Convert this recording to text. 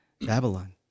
Babylon